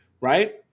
right